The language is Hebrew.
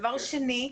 דבר שני,